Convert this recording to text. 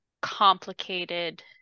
complicated